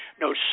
no